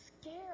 scared